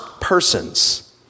persons